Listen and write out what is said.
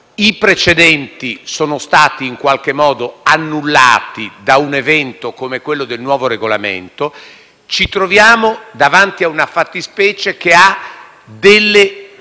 i precedenti sono stati, in qualche modo, annullati da un evento come il nuovo Regolamento; ci troviamo davanti a una fattispecie che presenta